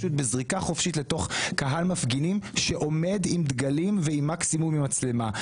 בזריקה חופשית לתוך קהל מפגינים שעומד עם דגלים ועם מקסימום מצלמה.